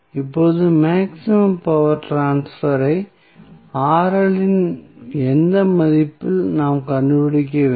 இப்போது maximum power ட்ரான்ஸ்பரை இன் எந்த மதிப்பில் நாம் கண்டுபிடிக்க வேண்டும்